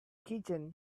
kitchen